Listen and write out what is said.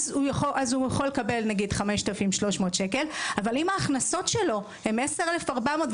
הוא יכול לקבל 5,300 ש"ח; אבל אם ההכנסות שלו הן 10,400 ₪,